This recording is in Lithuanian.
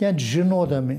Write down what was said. net žinodami